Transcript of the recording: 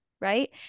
Right